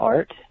Art